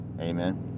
Amen